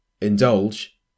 indulge